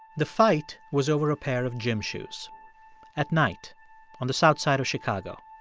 the fight was over a pair of gym shoes at night on the south side of chicago,